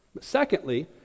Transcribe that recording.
Secondly